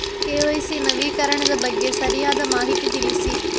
KYC ನವೀಕರಣದ ಬಗ್ಗೆ ಸರಿಯಾದ ಮಾಹಿತಿ ತಿಳಿಸಿ?